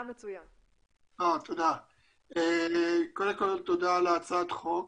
תודה על הצעת החוק.